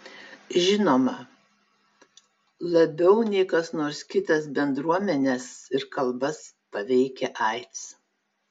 žinoma labiau nei kas nors kitas bendruomenes ir kalbas paveikia aids